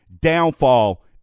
downfall